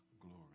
glory